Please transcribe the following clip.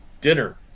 dinner